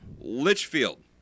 Litchfield